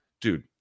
dude